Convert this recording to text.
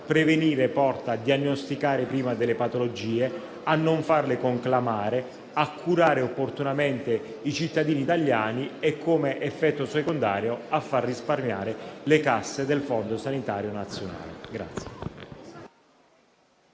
Prevenire porta a diagnosticare prima le patologie, a non farle conclamare, a curare opportunamente i cittadini italiani e, come effetto secondario, a far risparmiare le casse del fondo sanitario nazionale.